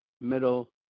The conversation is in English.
middle